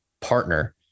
partner